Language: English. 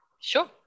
Sure